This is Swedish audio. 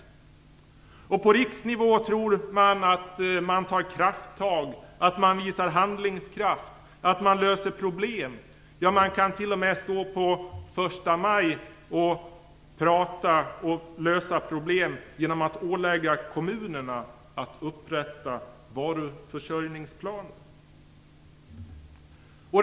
På riksnivå tror man att man tar krafttag, visar handlingskraft och löser problem. Ja, man kan t.o.m. på första maj stå och prata om att lösa problem genom att ålägga kommunerna att upprätta varuförsörjningsplaner.